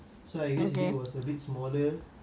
it'll be nicer